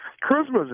Christmas